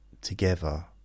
together